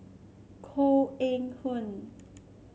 Koh Eng Hoon